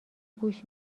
گوش